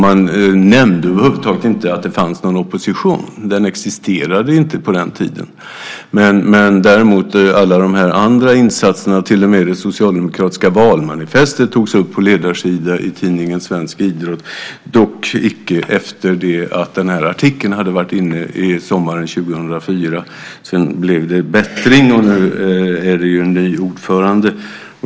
Man nämnde över huvud taget inte att det fanns en opposition - den existerade inte på den tiden - däremot alla andra insatser. Till och med det socialdemokratiska valmanifestet togs upp på ledarsidan i tidningen Svensk Idrott, dock icke efter det att den här artikeln hade varit inne sommaren 2004. Därefter blev det bättring. Nu är det en ny ordförande.